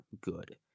good